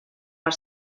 per